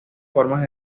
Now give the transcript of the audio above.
formas